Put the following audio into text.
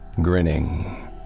grinning